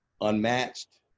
unmatched